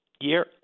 year